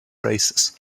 races